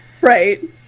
right